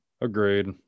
Agreed